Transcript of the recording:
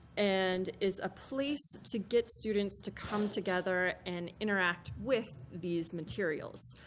and is a place to get students to come together and interact with these materials.